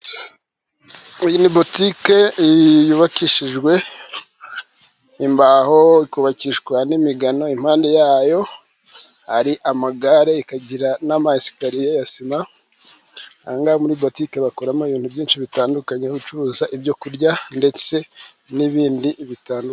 Iyi ni botike yubakishijwe imbaho, ikubakishwa n'imigano impande yayo, hari amagare n'amasikariye ya sima, aha ngaha muri botiki bakoramo ibintu byinshi bitandukanye, gucuruza ibyo kurya ndetse n'ibindi bitandukanye.